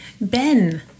ben